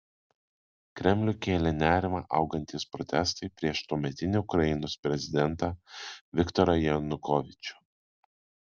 kremliui kėlė nerimą augantys protestai prieš tuometinį ukrainos prezidentą viktorą janukovyčių